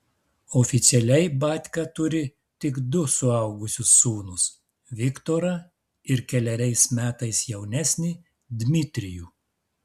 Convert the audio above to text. oficialiai batka turi tik du suaugusius sūnus viktorą ir keleriais metais jaunesnį dmitrijų